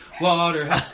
Water